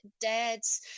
dads